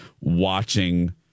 watching